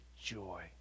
joy